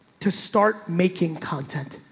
to start making content.